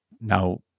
now